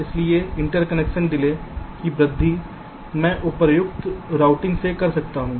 इसलिए interconnection delay की वृद्धि मैं उपयुक्त रूटिंग से कर सकता हूं